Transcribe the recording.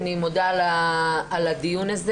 על הדיון הזה.